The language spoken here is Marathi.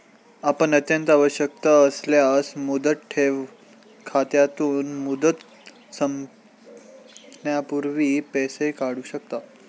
आपण अत्यंत आवश्यकता असल्यास मुदत ठेव खात्यातून, मुदत संपण्यापूर्वी पैसे काढू शकता